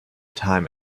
time